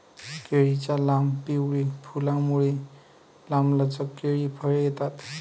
केळीच्या लांब, पिवळी फुलांमुळे, लांबलचक केळी फळे येतात